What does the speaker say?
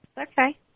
Okay